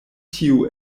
tiu